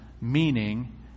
meaning